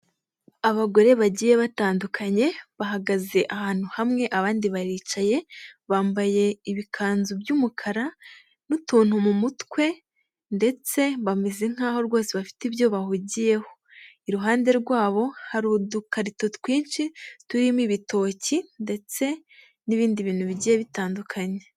Abagore bagiye batandukanye, bahagaze ahantu hamwe abandi baricaye, bambaye ibikanzu by'umukara n'utuntu mu mutwe ndetse bameze nk'aho rwose bafite ibyo bahungiyeho. Iruhande rwabo hari udukarito twinshi turimo ibitoki ndetse n'ibindi bintu bigiye bitandukanye.